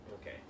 Okay